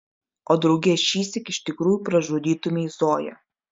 o drauge šįsyk iš tikrųjų pražudytumei zoją